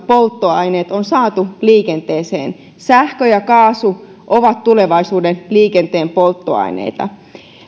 polttoaineet on saatu liikenteeseen sähkö ja kaasu ovat tulevaisuuden liikenteen polttoaineita